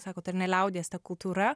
sakot ar ne liaudies ta kultūra